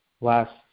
last